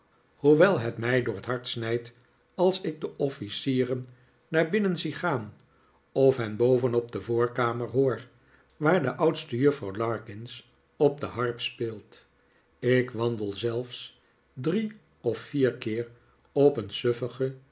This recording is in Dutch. hoewel het mij door het hart snijdt als ik de officieren naar binnen zie gaan of hen boven op de voorkamer hoor waar de oudste juffrouw larkins op de harp speelt ik wandel zelfs drie of vier keer